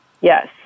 Yes